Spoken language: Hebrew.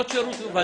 שירות.